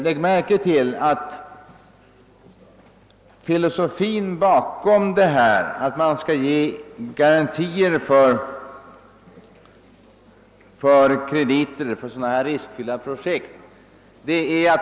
Lägg märke till tanken bakom ståndpunktstagandet att man bör lämna kreditgarantier vid riskfyllda projekt.